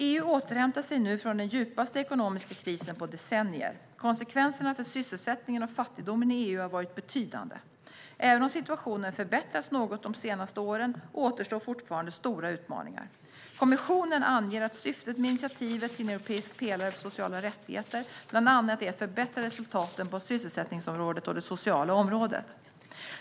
EU återhämtar sig nu från den djupaste ekonomiska krisen på decennier. Konsekvenserna för sysselsättningen och fattigdomen i EU har varit betydande. Även om situationen förbättrats något de senaste åren återstår fortfarande stora utmaningar. Kommissionen anger att syftet med initiativet till en europeisk pelare för sociala rättigheter bland annat är att förbättra resultaten på sysselsättningsområdet och det sociala området.